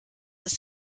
ist